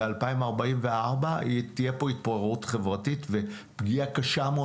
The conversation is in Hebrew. אז ב-2044 תהיה פה התפוררות חברתית ופגיעה קשה מאוד,